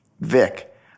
Vic